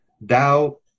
thou